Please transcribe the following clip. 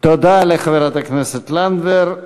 תודה לחברת הכנסת לנדבר.